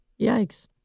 Yikes